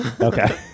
Okay